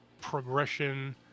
progression